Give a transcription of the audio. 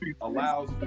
allows